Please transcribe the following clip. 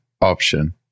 option